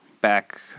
back